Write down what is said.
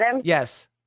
Yes